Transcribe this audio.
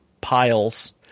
piles